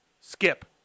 Skip